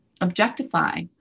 objectify